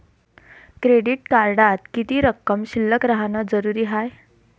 Credit कार्डात किती रक्कम शिल्लक राहानं जरुरी हाय?